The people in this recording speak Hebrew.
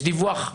יש דיווח.